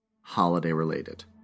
holiday-related